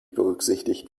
berücksichtigt